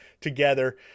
together